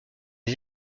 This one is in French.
les